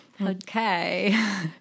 Okay